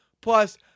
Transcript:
Plus